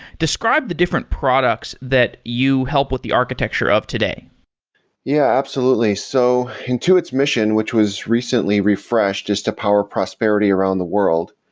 describe the different products that you help with the architecture of today yeah, absolutely. so intuit's mission, which was recently refreshed is to power prosperity around the world.